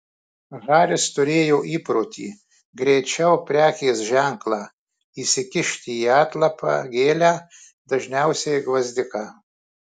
haris turėjo įprotį greičiau prekės ženklą įsikišti į atlapą gėlę dažniausiai gvazdiką